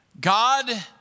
God